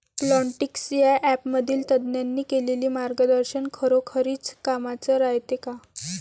Plantix या ॲपमधील तज्ज्ञांनी केलेली मार्गदर्शन खरोखरीच कामाचं रायते का?